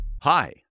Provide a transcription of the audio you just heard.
Hi